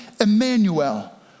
Emmanuel